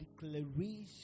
declaration